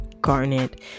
garnet